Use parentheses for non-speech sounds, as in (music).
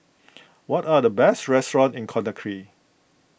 (noise) what are the best restaurants in Conakry